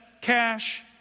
cash